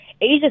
Asia